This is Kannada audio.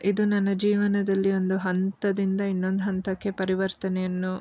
ಇದು ನನ್ನ ಜೀವನದಲ್ಲಿ ಒಂದು ಹಂತದಿಂದ ಇನ್ನೊಂದು ಹಂತಕ್ಕೆ ಪರಿವರ್ತನೆಯನ್ನು